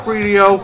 Radio